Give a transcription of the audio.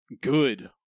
good